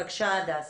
בבקשה, הדס.